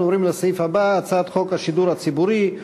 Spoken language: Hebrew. אנחנו עוברים לסעיף הבא: הצעת חוק השידור הציבורי,